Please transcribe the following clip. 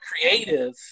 creative